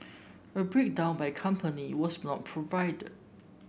a breakdown by company was not provided